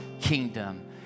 kingdom